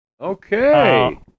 Okay